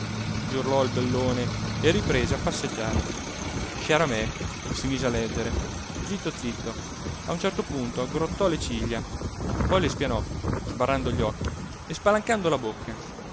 gli urlò il bellone e riprese a passeggiare sciaramè si mise a leggere zitto zitto a un certo punto aggrottò le ciglia poi le spianò sbarrando gli occhi e spalancando la bocca